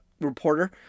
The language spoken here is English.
reporter